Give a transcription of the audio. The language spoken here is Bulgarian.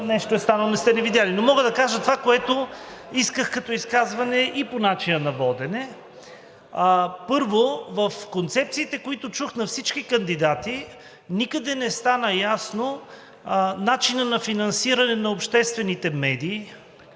нещо е станало и не сте ни видели. Мога да кажа това, което исках като изказване, и по начина на водене. Първо, в концепциите, които чух на всички кандидати, никъде не стана ясен начинът на финансиране на обществените медии